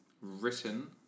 Written